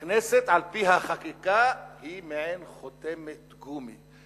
הכנסת, על-פי החקיקה, היא מעין חותמת גומי.